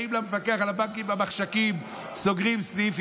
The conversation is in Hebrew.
באים למפקח על הבנקים במחשכים, סוגרים סניף.